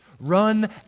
Run